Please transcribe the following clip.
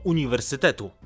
Uniwersytetu